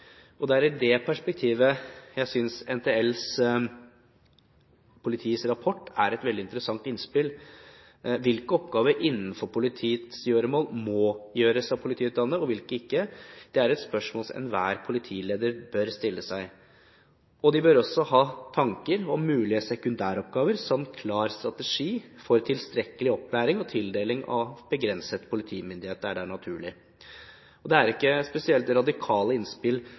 Det er i det perspektivet jeg synes NTLs rapport er et veldig interessant innspill. Hvilke oppgaver innenfor politiets gjøremål må gjøres av politiutdannede og hvilke ikke, er et spørsmål enhver politileder bør stille seg. De bør også ha tanker om mulige sekundæroppgaver samt klar strategi for tilstrekkelig opplæring og tildeling av begrenset politimyndighet der det er naturlig. Det er ikke spesielt radikale innspill